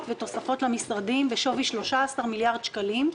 ובתוספות למשרדים בשווי 13 מיליארד שקלים,